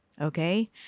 okay